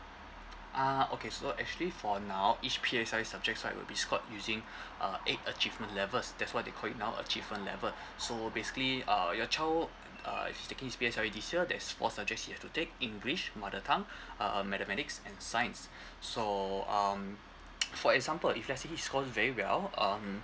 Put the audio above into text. uh okay so actually for now each P_S_L_E subjects right would be scored using uh eight achievement levels that's what they call it now achievement level so basically uh your child uh is taking his P_S_L_E this year there is four subject he has to take english mother tongue uh mathematics and science so um for example if let's say he score very well um